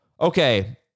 Okay